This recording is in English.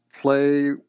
play